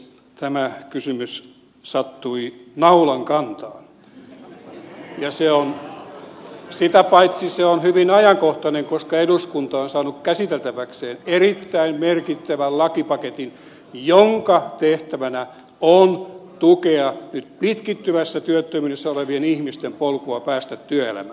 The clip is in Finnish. tämä kysymys sattui naulan kantaan ja sitä paitsi se on hyvin ajankohtainen koska eduskunta on saanut käsiteltäväkseen erittäin merkittävän lakipaketin jonka tehtävänä on tukea nyt pitkittyvässä työttömyydessä olevien ihmisten polkua päästä työelämään